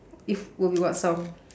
if will be what song